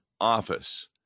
office